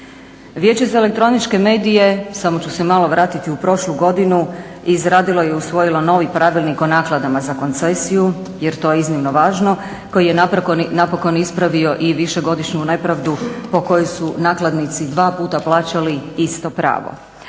Vijeće za elektroničke medije samo ću se malo vratiti u prošlu godinu, izradilo je i usvojilo novi Pravilnik o nakladama za koncesiju jer to je iznimno važno koji je napokon ispravio i više godišnju nepravdu po kojoj su nakladnici dva puta plaćali isto pravo.